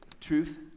Truth